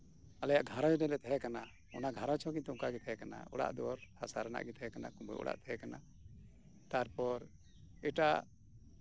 ᱟᱞᱮᱭᱟᱜ ᱜᱷᱟᱸᱨᱚᱧᱡᱽ ᱨᱮᱞᱮ ᱛᱟᱦᱮᱸ ᱠᱟᱱᱟ ᱚᱱᱟ ᱜᱷᱟᱸᱨᱚᱧᱡᱽ ᱦᱚᱸ ᱱᱤᱛᱚᱜ ᱠᱤᱱᱛᱩ ᱚᱱᱠᱟᱜᱮ ᱛᱟᱦᱮᱸ ᱠᱟᱱᱟ ᱚᱲᱟᱜ ᱫᱩᱣᱟᱹᱨ ᱦᱟᱥᱟ ᱨᱮᱱᱟᱜ ᱛᱟᱦᱮᱸ ᱠᱟᱱᱟ ᱠᱩᱸᱵᱟᱹ ᱚᱲᱟᱜ ᱛᱟᱦᱮᱸ ᱠᱟᱱᱟ ᱛᱟᱨᱯᱚᱨ ᱮᱴᱟᱜ